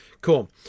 cool